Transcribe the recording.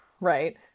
right